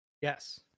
yes